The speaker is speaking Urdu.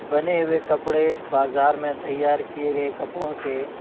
بنے ہوئے کپڑے بازار میں تیار کیے گئے کپڑوں سے